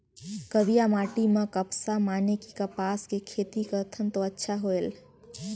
करिया माटी म कपसा माने कि कपास के खेती करथन तो अच्छा होयल?